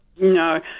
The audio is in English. No